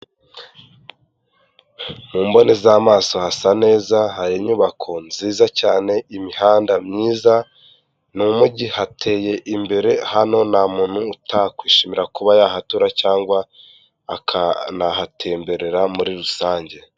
Mu mboni z'amaso hasa neza, hari inyubako nziza cyane, imihanda myiza, ni umujyi hateye imbere, hano nta muntu utakwishimira kuba yahatura cyangwa akanahatemberera muri rusange.